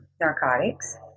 narcotics